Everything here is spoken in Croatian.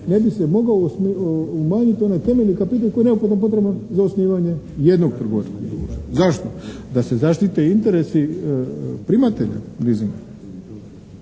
ne bi se mogao umanjiti onaj temeljni kapital koji je neophodno potreban za osnivanje jednog trgovačkog društva. Zašto? Da se zaštite interesi primatelja leasinga.